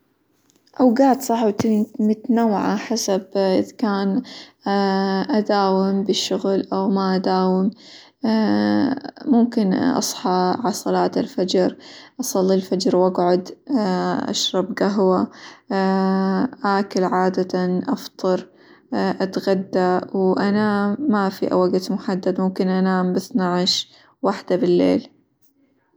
أوقات صعبة متنوعة حسب إذ كان أداوم بالشغل، أو ما أداوم، ممكن أصحى على صلاة الفجر أصلي الفجر، وأقعد أشرب قهوة أكل عادةً، أفطر، أتغدى، وأنام ما فيه وقت محدد مكن أنام بإثناعشر، واحدة بالليل.